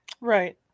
Right